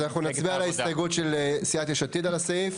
אנחנו נצביע על ההסתייגות של סיעת יש עתיד על הסעיף.